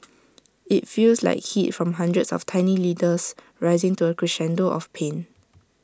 IT feels like heat from hundreds of tiny needles rising to A crescendo of pain